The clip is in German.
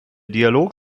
dialog